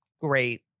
great